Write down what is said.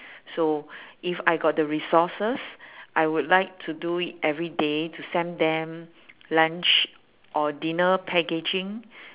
so if I got the resources I would like to do it every day to send them lunch or dinner packaging